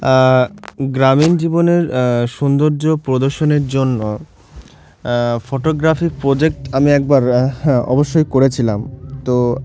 গ্রামীণ জীবনের সৌন্দর্য প্রদর্শনের জন্য ফটোগ্রাফি প্রোজেক্ট আমি একবার অবশ্যই করেছিলাম তো